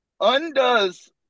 undoes